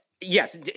yes